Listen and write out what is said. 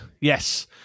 yes